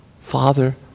Father